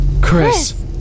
Chris